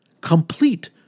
Complete